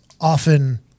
often